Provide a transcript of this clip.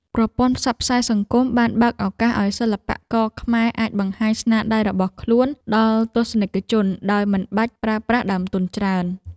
ប្រព័ន្ធផ្សព្វផ្សាយសង្គមបានបើកឱកាសឱ្យសិល្បករខ្មែរអាចបង្ហាញស្នាដៃរបស់ខ្លួនដល់ទស្សនិកជនដោយមិនបាច់ប្រើប្រាស់ដើមទុនច្រើន។